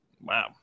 wow